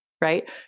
right